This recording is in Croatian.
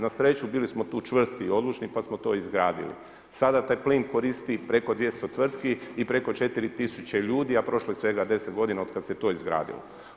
Na sreću bili smo tu čvrsti i odlučni pa smo to izgradili, sada taj plin koristi preko 200 tvrtki i preko 4 tisuća ljudi, a prošlo je svega 10 godina od kada se to izgradilo.